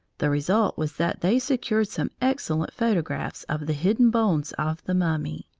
the result was that they secured some excellent photographs of the hidden bones of the mummy.